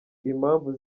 impamvu